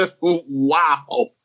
wow